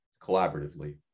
collaboratively